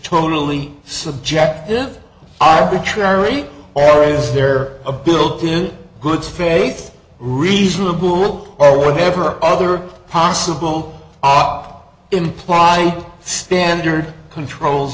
totally subjective arbitrary or is there a built in good faith reasonable or whatever other possible ob implying standard controls